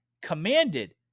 commanded